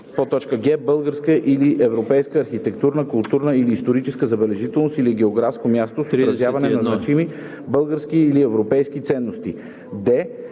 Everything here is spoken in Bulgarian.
г) българска или европейска архитектурна, културна или историческа забележителност или географско място, с отразяване на значими български или европейски ценности;